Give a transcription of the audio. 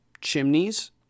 Chimneys